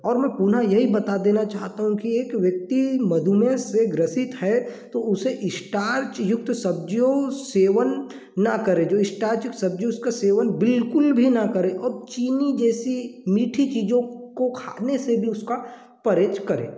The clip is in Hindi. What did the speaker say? और मैं पुनः यही बता देना चाहता हूँ कि एक व्यक्ति मधुमेह से ग्रसित है तो उसे स्टार्च युक्त सब्जियों सेवन ना करें जो स्टार्च युक्त सब्जी है उनका सेवन बिल्कुल भी ना करें और चीनी जैसी मीठी चीज़ों को खाने से भी उसका परहेज करें